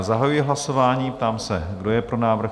Zahajuji hlasování a ptám se, kdo je pro návrh?